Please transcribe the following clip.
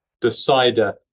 decider